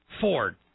Ford